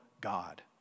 God